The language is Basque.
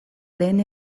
lehen